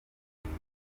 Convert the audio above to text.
nyuma